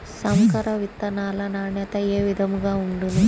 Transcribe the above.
సంకర విత్తనాల నాణ్యత ఏ విధముగా ఉండును?